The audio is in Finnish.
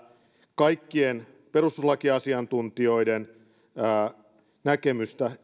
kaikkien perustuslakiasiantuntijoiden näkemystä